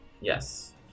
Yes